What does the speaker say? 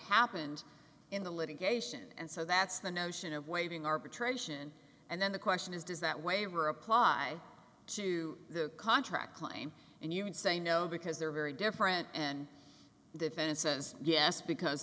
happened in the litigation and so that's the notion of waiving arbitration and then the question is does that waiver apply to the contract claim and you would say no because they're very different and defenses yes because